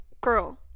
girl